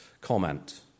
comment